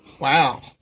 Wow